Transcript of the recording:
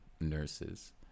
nurses